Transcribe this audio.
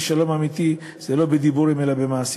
ושלום אמיתי זה לא בדיבורים אלא במעשים.